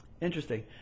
Interesting